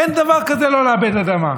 אין דבר כזה לא לעבד אדמה.